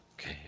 okay